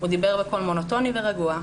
הוא דיבר בקול מונוטוני ורגוע,